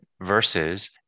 versus